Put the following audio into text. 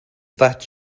that